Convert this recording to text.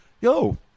Yo